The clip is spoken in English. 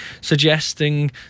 suggesting